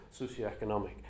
socioeconomic